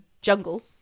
jungle